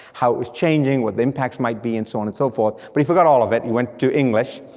how it's changing, what the impacts might be and so on and so forth, but he forgot all of it, and he went to english,